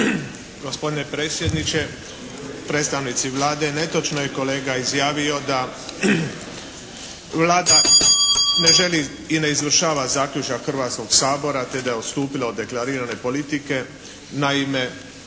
Gospodine predsjedniče, predstavnici Vlade! Netočno je kolega izjavio da Vlada ne želi i ne izvršava zaključak Hrvatskog sabora te da je odstupila od deklarirane politike. Naime,